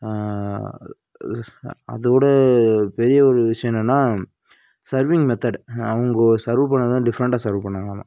அதோட பெரிய ஒரு விஷயம் என்னென்னா சர்விங் மெத்தேடு அவங்க சர்வ் பண்ணுறதெல்லாம் டிஃப்ரெண்ட்டாக சர்வ் பண்ணாங்களாம்மா